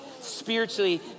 Spiritually